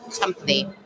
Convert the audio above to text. company